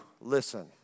listen